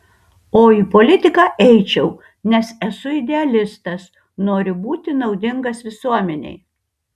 o į politiką eičiau nes esu idealistas noriu būti naudingas visuomenei